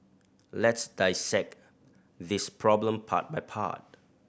le's dissect this problem part by part